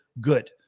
good